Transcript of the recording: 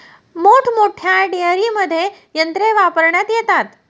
मोठमोठ्या डेअरींमध्ये यंत्रे वापरण्यात येतात